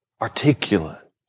articulate